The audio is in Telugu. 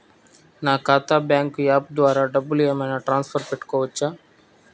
నా ఖాతా బ్యాంకు యాప్ ద్వారా డబ్బులు ఏమైనా ట్రాన్స్ఫర్ పెట్టుకోవచ్చా?